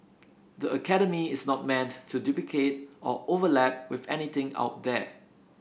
the academy is not meant to duplicate or overlap with anything out there